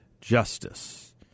justice